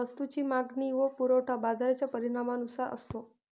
वस्तूची मागणी व पुरवठा बाजाराच्या परिणामानुसार असतो